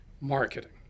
Marketing